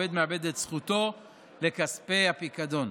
העובד מאבד את זכותו לכספי הפיקדון.